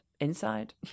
inside